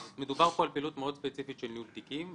מדובר פה על פעילות מאוד ספציפית של ניהול תיקים.